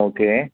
okay